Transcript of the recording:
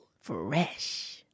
Fresh